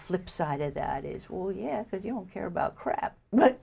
flipside of that is well yeah because you don't care about crap